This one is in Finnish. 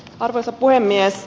arvoisa puhemies